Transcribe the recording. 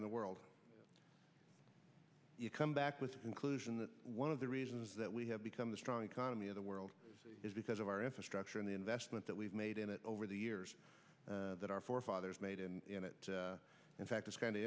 in the world you come back with a conclusion that one of the reasons that we have become the strong economy of the world is because of our infrastructure and the investment that we've made in it over the years that our forefathers made and in fact it's kind